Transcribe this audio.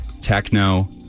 techno